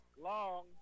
long